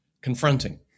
confronting